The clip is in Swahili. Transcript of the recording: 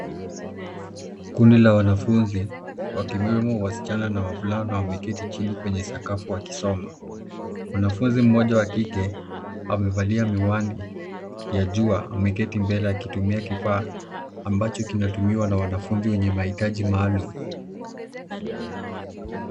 Kundi la wanafunzi wakiwemo wasichana na wavulana wameketi chini kwenye sakafu wakisoma. Mwanafunzi mmoja wa kike amevalia miwani ya jua ameketi mbele akitumia kifaa ambacho kinatumiwa na wanafunzi wenye mahitaji maalum.